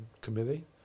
Committee